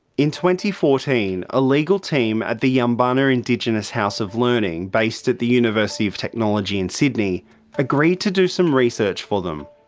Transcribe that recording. in fourteen, a legal team at the jumbunna indigenous house of learning based at the university of technology in sydney agreed to do some research for them.